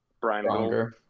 Brian